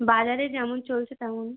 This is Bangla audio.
বাজারে যেমন চলছে তেমন